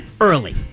early